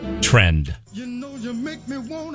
trend